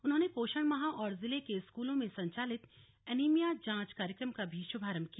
उन्होंने पोषण माह और जिले के स्कूलों में संचालित एनीमिया जांच कार्यक्रम का भी शुभारंभ किया